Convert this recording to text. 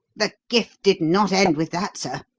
the gift did not end with that, sir,